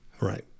right